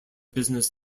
business